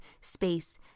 space